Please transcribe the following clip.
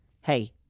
hey